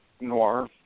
noir